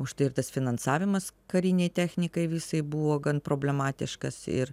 už tai ir tas finansavimas karinei technikai visai buvo gan problematiškas ir